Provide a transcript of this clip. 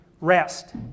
rest